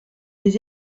des